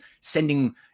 sending